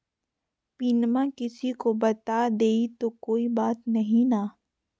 पिनमा किसी को बता देई तो कोइ बात नहि ना?